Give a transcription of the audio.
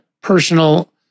personal